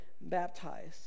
baptized